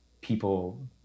people